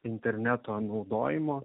interneto naudojimo